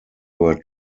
were